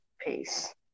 Peace